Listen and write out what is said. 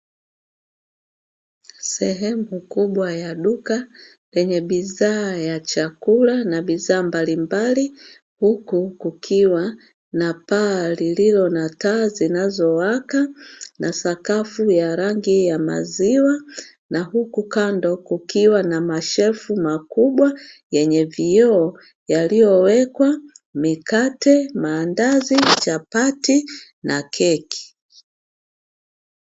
Sehemu kubwa ya duka lenye bidhaa ya chakula na bidhaa mbalimbali, huku kukiwa na paa lililo na taa zinazowaka na sakafu ya rangi ya maziwa; na huku kando kukiwa na mashelfu makubwa yenye vioo yaliyowekwa: mikate, maandazi, chapati, na keki.